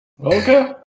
Okay